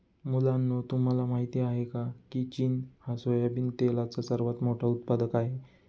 मुलांनो तुम्हाला माहित आहे का, की चीन हा सोयाबिन तेलाचा सर्वात मोठा उत्पादक आहे